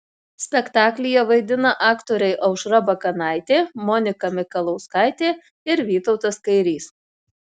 spektaklyje vaidina aktoriai aušra bakanaitė monika mikalauskaitė ir vytautas kairys